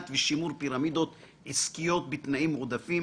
ושימור פירמידות עסקיות בתנאים מועדפים,